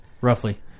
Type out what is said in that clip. Roughly